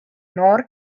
noor